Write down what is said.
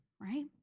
right